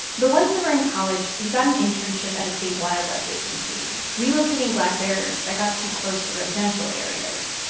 but one summer in college, he got an internship at a state wildlife agency relocating black bears that got too close to residential areas.